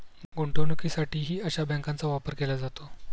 गुंतवणुकीसाठीही अशा बँकांचा वापर केला जातो